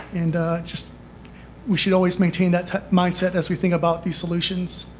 and just we should always maintain that mindset as we think about these solutions.